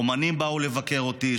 אומנים באו לבקר אותי.